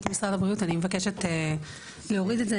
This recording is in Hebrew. אני מבקשת להוריד את זה.